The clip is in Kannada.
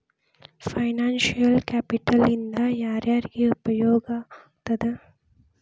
ಫೈನಾನ್ಸಿಯಲ್ ಕ್ಯಾಪಿಟಲ್ ಇಂದಾ ಯಾರ್ಯಾರಿಗೆ ಉಪಯೊಗಾಗ್ತದ?